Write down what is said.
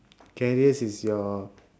karius is your